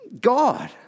God